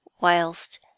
whilst